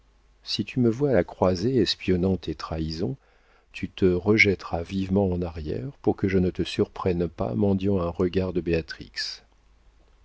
si tu me vois à la croisée espionnant tes trahisons tu te rejetteras vivement en arrière pour que je ne te surprenne pas mendiant un regard de